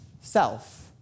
self